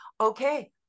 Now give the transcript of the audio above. okay